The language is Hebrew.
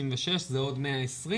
זה עוד 120,